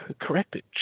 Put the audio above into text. corrected